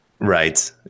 Right